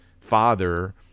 father